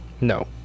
No